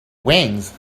wings